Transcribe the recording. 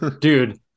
dude